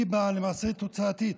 היא למעשה תוצאתית.